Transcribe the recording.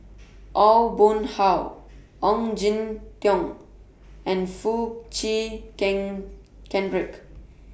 Aw Boon Haw Ong Jin Teong and Foo Chee Keng Cedric